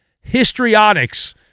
histrionics